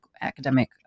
academic